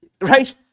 right